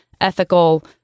ethical